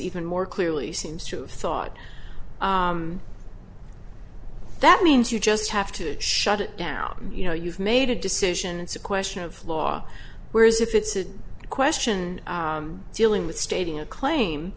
even more clearly seems to have thought that means you just have to shut it down and you know you've made a decision it's a question of law whereas if it's a question dealing with stating a claim